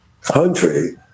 country